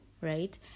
right